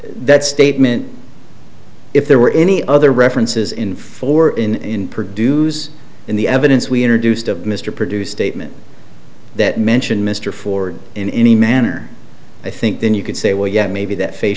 that statement if there were any other references in for in produce in the evidence we introduced of mr produce statement that mention mr ford in any manner i think then you could say well yes maybe that fac